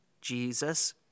Jesus